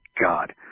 God